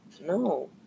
No